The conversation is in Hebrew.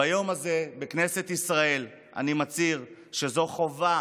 ביום הזה בכנסת ישראל אני מצהיר שזו חובה